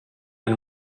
and